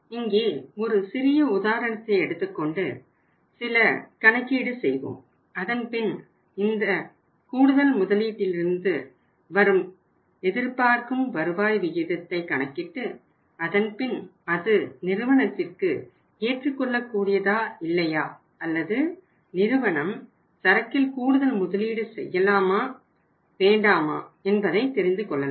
இங்கே ஒரு சிறிய உதாரணத்தை எடுத்துக்கொண்டு சில கணக்கீடு செய்வோம் அதன்பின் இந்த நாம் கூடுதல் முதலிட்டிலிருந்து வரும் எதிர்பார்க்கும் வருவாய் விகிதத்தை கணக்கிட்டு அதன்பின் அது நிறுவனத்திற்கு ஏற்றுக்கொள்ளக் கூடியதா இல்லையா அல்லது நிறுவனம் சரக்கில் கூடுதல் முதலீடு செய்ய செய்யலாமா வேண்டாமா என்பதை தெரிந்துகொள்ளலாம்